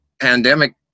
pandemic